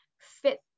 fit